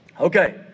Okay